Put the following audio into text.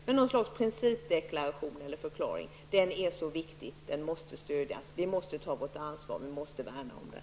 Men något slags principdeklaration eller förklaring om att verksamheten måste stödjas är viktig. Vi måste ta vårt ansvar och värna om denna verksamhet.